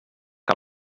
que